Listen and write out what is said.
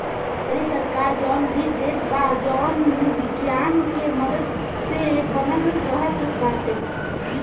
ए घरी सरकार जवन बीज देत बा जवन विज्ञान के मदद से बनल रहत बाटे